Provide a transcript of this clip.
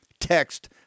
Text